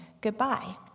goodbye